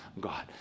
God